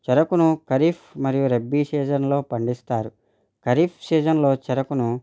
చెరుకును ఖరీఫ్ మరియు రబ్బీ సీజన్లో పండిస్తారు ఖరీఫ్ సీజన్లో చెరుకును